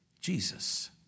Jesus